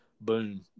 Boom